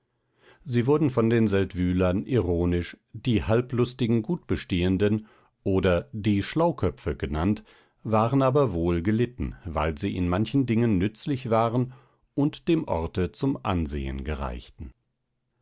sie wurden von den seldwylern ironisch die halblustigen gutbestehenden oder die schlauköpfe genannt waren aber wohlgelitten weil sie in manchen dingen nützlich waren und dem orte zum ansehen gereichten